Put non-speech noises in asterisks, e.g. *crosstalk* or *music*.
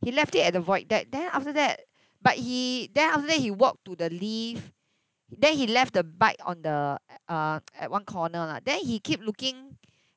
he left it at the void deck then after that but he then after that he walked to the lift then he left the bike on the a~ uh *noise* at one corner lah then he keep looking